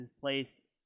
place